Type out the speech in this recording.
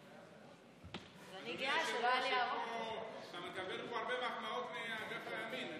אתה מקבל הרבה מחמאות מאגף הימין,